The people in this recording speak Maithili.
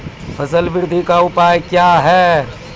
फसल बृद्धि का उपाय क्या हैं?